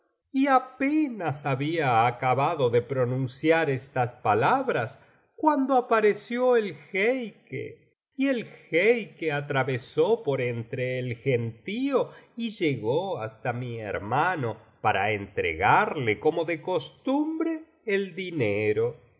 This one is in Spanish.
y apenas había acabado de pronunciar estas palabras cuando apareció el jeique y el jeique atravesó por entre el gentío y llegó hasta mi hermano para entregarle como de costumbre el dinero en